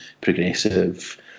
progressive